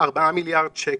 ארבעה מיליארד שקל,